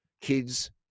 kids